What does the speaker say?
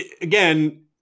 again